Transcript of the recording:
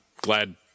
glad